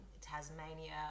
Tasmania